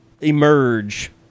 emerge